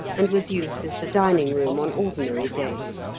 and was used as the dining-room on ordinary days.